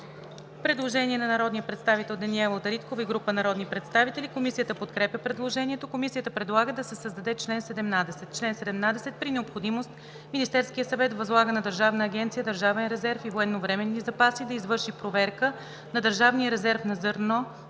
Предложение на народния представител Даниела Дариткова и група народни представители. Комисията подкрепя предложението. Комисията предлага да се създаде чл. 17: „Чл. 17. При необходимост Министерският съвет възлага на Държавна агенция „Държавен резерв и военновременни запаси“ да извърши проверка на държавния резерв на зърно,